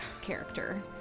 character